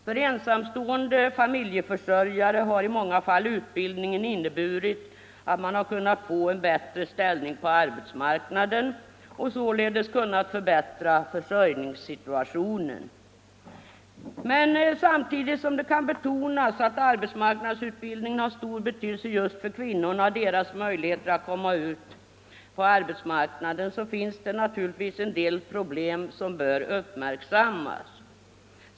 För ensamstående familjeförsörjare har i många fall utbildningen inneburit att de kunnat få en bättre ställning på arbetsmarknaden och således kunnat förbättra försörjningssituationen. Men samtidigt som det kan betonas att arbetsmarknadsutbildningen har stor betydelse just för kvinnorna och deras möjligheter att komma ut på arbetsmarknaden finns det naturligtvis en del problem som bör uppmärksammas.